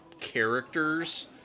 characters